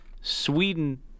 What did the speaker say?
Sweden